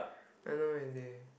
I know already